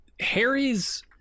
Harry's